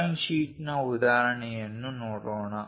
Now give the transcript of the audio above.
drawing ಶೀಟ್ನ ಉದಾಹರಣೆಯನ್ನು ನೋಡೋಣ